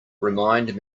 remind